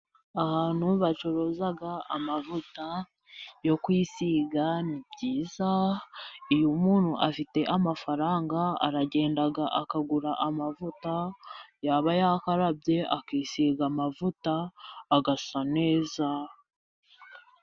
Ahantu bacuruza amavuta yo kwisiga, ni byiza iyo umuntu afite amafaranga ,aragenda akagura amavuta, yaba yakarabye akisiga amavuta agasa neza.